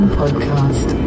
podcast